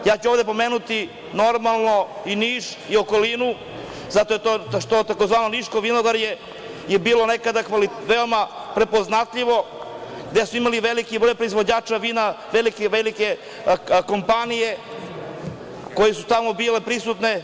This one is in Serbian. Ja ću ovde pomenuti i Niš i okolinu, zato što je to tzv. niško vinogorje bilo nekada veoma prepoznatljivo, gde su imali veliki broj proizvođača vina, velike kompanije koje su tamo bile prisutne.